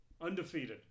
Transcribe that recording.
Undefeated